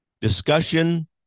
discussion